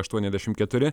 aštuoniasdešimt keturi